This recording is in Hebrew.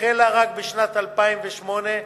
החלה רק בשנת 2008,